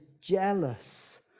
jealous